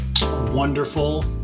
wonderful